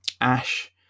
Ash